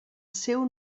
seu